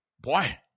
boy